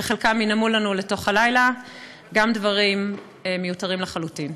וחלקם ינאמו לנו לתוך הלילה גם דברים מיותרים לחלוטין.